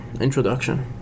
introduction